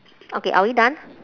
okay are we done